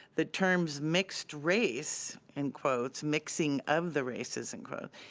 the terms mixed race, in quotes, mixing of the races, in quotes,